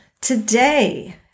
Today